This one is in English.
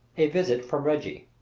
a visit from reggie.